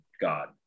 god